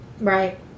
Right